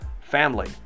family